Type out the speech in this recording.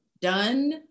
done